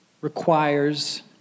requires